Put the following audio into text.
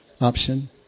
option